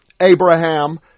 Abraham